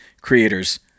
creators